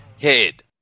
head